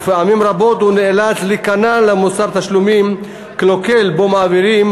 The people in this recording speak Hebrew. ופעמים רבות הוא נאלץ להיכנע למוסר תשלומים קלוקל שבו מעבירים